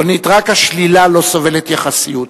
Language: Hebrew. רונית, רק השלילה לא סובלת יחסיות.